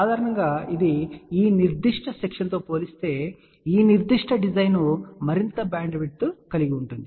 సాధారణంగా ఇది ఈ నిర్దిష్ట సెక్షన్ తో పోలిస్తే ఈ నిర్దిష్ట డిజైన్ మరింత బ్యాండ్విడ్త్ కలిగి ఉంటుంది